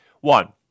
One